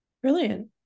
Brilliant